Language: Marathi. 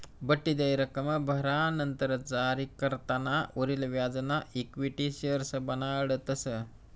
बठ्ठी देय रक्कम भरानंतर जारीकर्ताना उरेल व्याजना इक्विटी शेअर्स बनाडतस